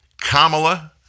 Kamala